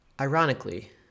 Ironically